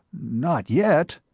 not yet.